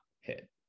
hit